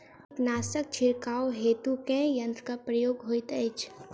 कीटनासक छिड़काव हेतु केँ यंत्रक प्रयोग होइत अछि?